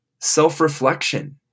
self-reflection